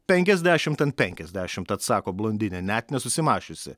penkiasdešimt ant penkiasdešimt atsako blondinė net nesusimąsčiusi